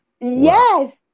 yes